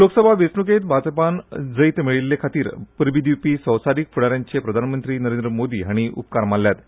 लोकसभा वेंचणुकेंत भाजपान जैत मेळयिल्ले खातीर परबी दिवपी संवसारीक फुडाऱ्यांचे प्रधानमंत्री नरेंद्र मोदी हांणी उपकार मानल्यात